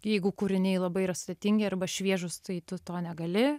jeigu kūriniai labai yra sudėtingi arba šviežūs tai tu to negali